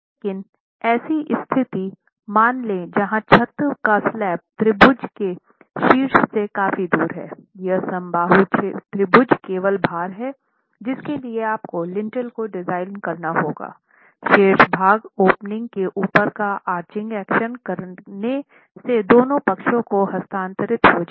लेकिन ऐसी स्थिति मान लें जहां छत का स्लैब त्रिभुज के शीर्ष से काफी दूर है यह समबाहु त्रिभुज केवल भार है जिसके लिए आपको लिंटेल को डिज़ाइन करना होगा शेष भार ओपनिंग के ऊपर का आर्चिंग एक्शन करने से दोनों पक्षों को हस्तांतरित हो जायेगा